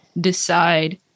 decide